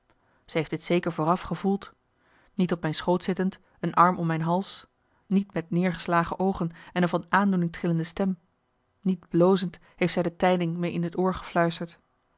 ze heeft dit zeker vooraf gevoeld niet op mijn schoot zittend een arm om mijn hals niet met neergeslagen oogen en een van aandoening trillende stem niet blozend heeft zij de tijding me in het oor